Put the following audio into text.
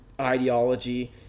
ideology